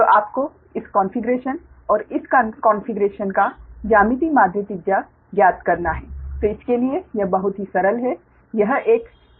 तो आपको इस कॉन्फ़िगरेशन और इस कॉन्फ़िगरेशन का ज्यामितीय माध्य त्रिज्या ज्ञात करना है तो इसके लिए यह बहुत ही सरल है यह एक Ds के बराबर है